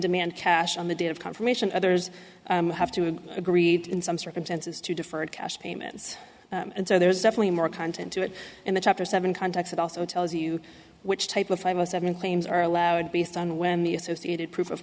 demand cash on the date of confirmation others have to have agreed in some circumstances to deferred cash payments and so there's definitely more content to it in the chapter seven contacts it also tells you which type of five zero seven claims are allowed based on when the associated proof of